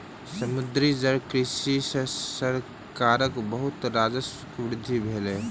समुद्री जलकृषि सॅ सरकारक बहुत राजस्वक वृद्धि भेल